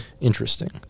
Interesting